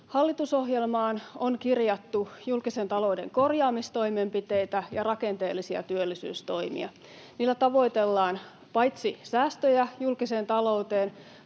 Hallitusohjelmaan on kirjattu julkisen talouden korjaamistoimenpiteitä ja rakenteellisia työllisyystoimia. Niillä paitsi tavoitellaan säästöjä julkiseen talouteen,